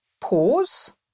pause